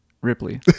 Ripley